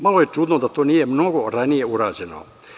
Malo je čudno da to nije mnogo ranije urađeno.